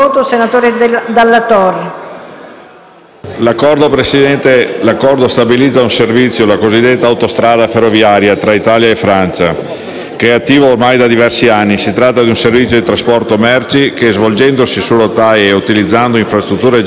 l'Accordo stabilizza un servizio, la cosiddetta autostrada ferroviaria tra Italia e Francia, attivo ormai da diversi anni. Si tratta di un servizio di trasporto merci che, svolgendosi su rotaie e utilizzando infrastrutture già esistenti, è ovviamente più sostenibile dal punto di